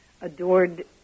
adored